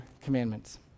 commandments